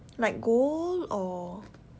like gold or